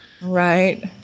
Right